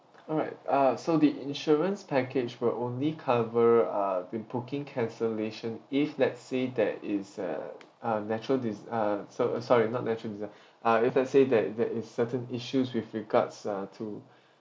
alright ah so the insurance package will only cover uh the booking cancellation if let's say there is a a natural dis~ uh so~ sorry not natural disa~ uh if let's say there there is certain issues with regards uh to